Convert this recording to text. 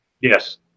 Yes